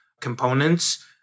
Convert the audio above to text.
components